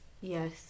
yes